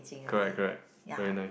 correct correct very nice